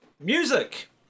Music